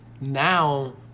now